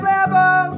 Rebel